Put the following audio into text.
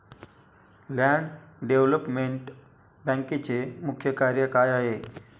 Land development बँकेचे मुख्य कार्य काय आहे?